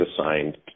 assigned